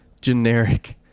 Generic